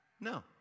No